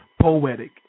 poetic